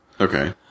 Okay